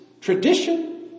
tradition